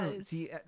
see